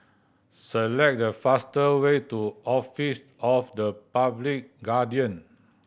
select the faster way to Office of the Public Guardian